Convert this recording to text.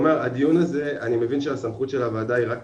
הדיון הזה אני מבין שהסמכות של הועדה היא רק